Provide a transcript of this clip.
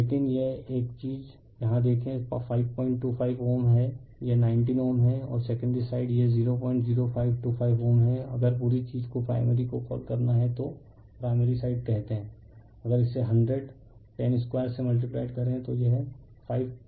लेकिन एक चीज यहां देखें 525Ω है यह 19Ω है और सेकेंडरी साइड यह 00525Ω है और अगर पूरी चीज को प्राइमरी को कॉल करना है तो प्राइमरी साइड कहते हैं अगर इसे 100 10 2 से मल्टीप्लाइड करें तो यह 525Ω होगा